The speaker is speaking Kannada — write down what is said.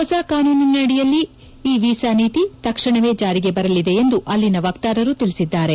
ಹೊಸ ಕಾನೂನಿನಡಿಯಲ್ಲಿ ಈ ನೀತಿ ತಕ್ಷಣವೇ ಜಾರಿಗೆ ಬರಲಿದೆ ಎಂದು ಅಲ್ಲಿನ ವಕ್ತಾರರು ತಿಳಿಸಿದ್ದಾರೆ